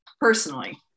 personally